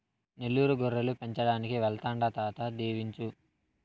నెల్లూరు గొర్రెలు పెంచడానికి వెళ్తాండా తాత దీవించు